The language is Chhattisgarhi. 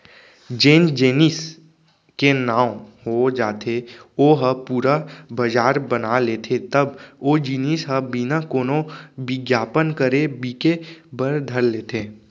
जेन जेनिस के नांव हो जाथे ओ ह पुरा बजार बना लेथे तब ओ जिनिस ह बिना कोनो बिग्यापन करे बिके बर धर लेथे